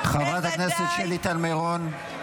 חברת הכנסת שלי טל מירון,